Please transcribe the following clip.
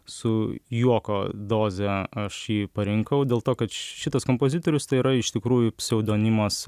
su juoko doze aš jį parinkau dėl to kad šitas kompozitorius tai yra iš tikrųjų pseudonimas